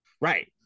right